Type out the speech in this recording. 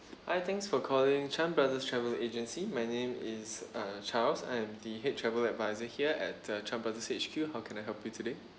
hi thanks for calling chan brothers travel agency my name is uh charles I'm the head travel advisor here at the chan brothers H_Q how can I help you today